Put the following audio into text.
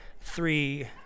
three